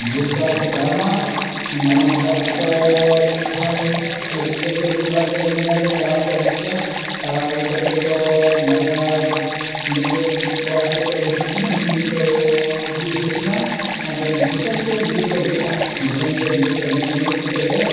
ᱵᱩᱞ ᱠᱟᱨᱟᱢ ᱠᱚ ᱠᱟᱨᱟᱢᱟ ᱢᱟᱲᱟᱝ ᱦᱤᱞᱳᱜ ᱠᱚ ᱦᱚᱭ ᱨᱤᱸᱡᱷᱟᱹ ᱠᱚ ᱮᱱᱮᱡ ᱵᱟᱲᱟ ᱠᱮᱫᱟ ᱮᱱᱮᱡ ᱵᱟᱲᱟ ᱠᱟᱛᱮᱫ ᱠᱟᱨᱟᱢ ᱠᱚ ᱟᱹᱜᱩ ᱠᱮᱫᱼᱟ ᱠᱟᱨᱟᱢ ᱟᱹᱜᱩ ᱠᱟᱛᱮᱫ ᱠᱚ ᱵᱟᱨᱭᱟ ᱰᱟᱺᱜᱩᱣᱟᱹ ᱠᱚᱲᱟ ᱜᱤᱫᱽᱨᱟᱹ ᱠᱚ ᱟᱹᱜᱩ ᱦᱚᱪᱚ ᱠᱤᱱᱟ ᱩᱱᱠᱤᱱ ᱠᱚ ᱵᱤᱫ ᱦᱚᱪᱚ ᱠᱤᱱᱟ ᱟᱫᱚ ᱜᱚᱴᱟ ᱧᱤᱫᱟᱹ ᱨᱤᱸᱡᱷᱟᱹ ᱠᱚ ᱮᱱᱮᱡᱼᱟ ᱜᱚᱴᱟ ᱧᱤᱫᱟᱹ ᱨᱤᱸᱡᱷᱟᱹ ᱠᱚ ᱮᱱᱮᱡᱼᱮᱱᱮᱡ ᱠᱟᱛᱮᱫ